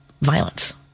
violence